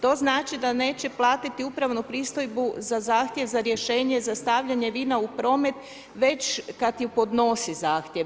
To znači da neće platiti upravnu pristojbu za zahtjev za rješenje za stavljanje vina u promet već kada podnosi zahtjev.